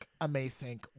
amazing